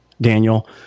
Daniel